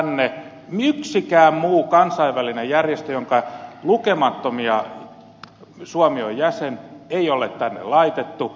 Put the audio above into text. yhtään muuta kansainvälistä järjestöä joiden lukemattomien järjestöjen jäsen suomi on ei ole tänne laitettu